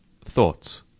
thoughts